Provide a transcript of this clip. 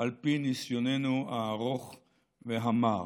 על פי ניסיוננו הארוך והמר.